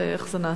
ואיך זה נעשה?